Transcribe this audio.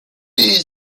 est